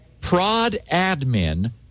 prodadmin